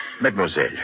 Mademoiselle